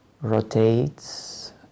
rotates